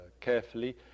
carefully